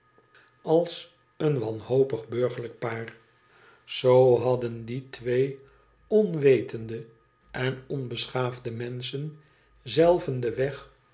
als een wanhopig burgerlijk paar zoo hadden die twee onwetende en onbeschaafde menschen zelven den weg